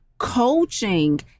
coaching